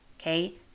okay